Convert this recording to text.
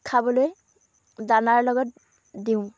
খাবলৈ দানাৰ লগত দিওঁ